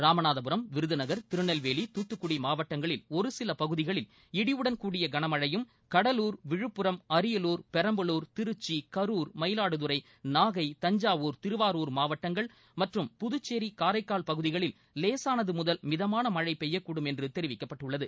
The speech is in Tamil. ராமநாதபுரம் விருதுநகர் திருநெல்வேலி தூத்துக்குடி மாவட்டங்களில் ஒரு சில பகுதிகளில் இடியுடன் கூடிய களமழையும் கடலூர் விழுப்புரம் அரியலூர் பெரம்பலூர் திருச்சி கரூர் மயிலாடுதுறை நாகை தஞ்சாவூர் திருவாரூர் மாவட்டங்கள் மற்றும் புதுச்சேரி காரைக்கால் பகுதிகளில் லேசானது முதல் மிதமான மழை பெய்யக்கூடும் என்று தெரிவிக்கப்பட்டுள்ளது